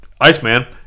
Iceman